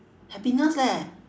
happiness leh